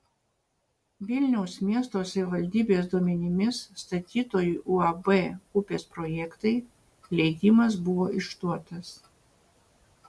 vilniaus miesto savivaldybės duomenimis statytojui uab upės projektai leidimas buvo išduotas